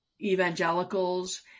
evangelicals